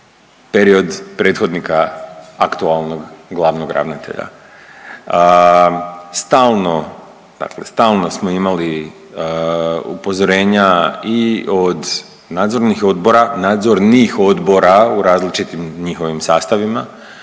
period prethodnika aktualnog glavnog ravnatelja. Stalno, dakle stalno smo imali upozorenja i od Nadzornih odbora, Nadzornih odbora u različitim njihovim sastavima